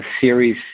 series